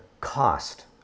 cost